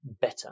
better